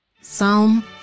Psalm